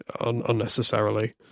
unnecessarily